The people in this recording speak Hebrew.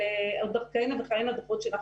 כהנה וכהנה דוחות.